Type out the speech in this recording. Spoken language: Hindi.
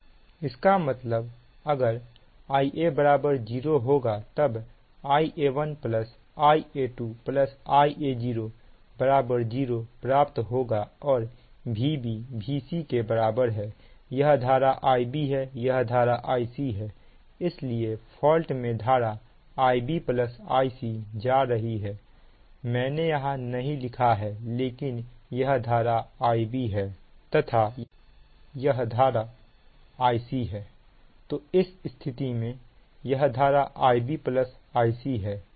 इसका मतलब है यदि Ia 0 होगा तब Ia1 Ia2 Ia0 0 प्राप्त होगा और Vb Vc के बराबर है यह धारा Ib है यह धारा Ic है इसलिए फॉल्ट में धारा Ib Ic जा रही है मैंने यहां नहीं लिखा है लेकिन यह धारा Ib तथा यह धारा Ic है तो इस स्थिति में यह धारा Ib Ic है